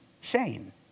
shame